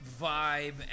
vibe